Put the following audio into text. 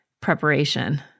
preparation